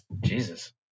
Jesus